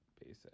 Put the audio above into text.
basic